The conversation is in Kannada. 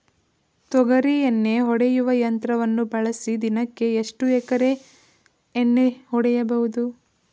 ತೊಗರಿ ಎಣ್ಣೆ ಹೊಡೆಯುವ ಯಂತ್ರವನ್ನು ಬಳಸಿ ದಿನಕ್ಕೆ ಎಷ್ಟು ಎಕರೆ ಎಣ್ಣೆ ಹೊಡೆಯಬಹುದು?